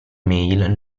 mail